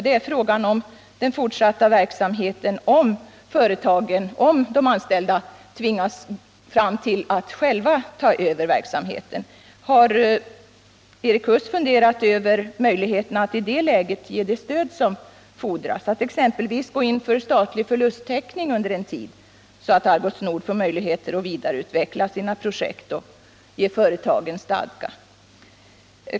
Den gäller en fortsatt verksamhet vid Algots Nord, om de anställda tvingas att själva ta över den. Jag vill fråga om Erik Huss har funderat över möjligheterna att i ett sådant läge ge det stöd som erfordras, att exempelvis gå in med statlig förlusttäckning under en tid så att Algots Nord kan vidareutveckla sina projekt och ge företaget stadga.